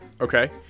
Okay